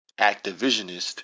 Activisionist